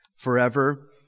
Forever